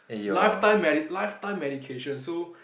lifetime medi~ lifetime medication so